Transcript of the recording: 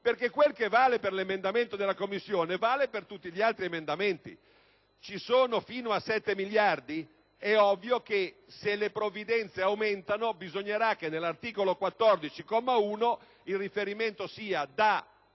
che quel che vale per l'emendamento della Commissione vale per tutti gli altri. Se sono disponibili fino a 7 miliardi è ovvio che se le provvidenze aumentano bisognerà che nell'articolo 14, comma 1, il riferimento sia da,